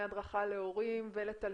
הדרכה להורים ולתלמידים?